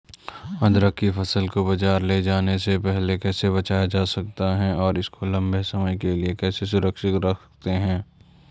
अदरक की फसल को बाज़ार ले जाने से पहले कैसे बचाया जा सकता है और इसको लंबे समय के लिए कैसे सुरक्षित रख सकते हैं?